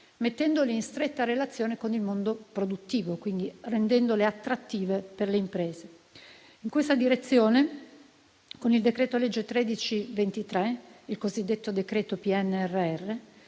mettendoli in stretta relazione con il mondo produttivo e, quindi, rendendoli attrattivi per le imprese. In questa direzione, con il decreto-legge n. 13 del 2023, il cosiddetto decreto PNRR,